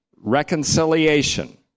reconciliation